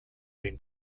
been